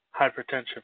Hypertension